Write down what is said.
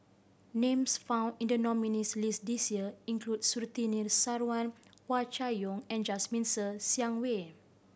names found in the nominees' list this year include Surtini Sarwan Hua Chai Yong and Jasmine Ser Xiang Wei